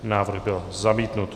Návrh byl zamítnut.